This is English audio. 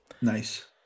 Nice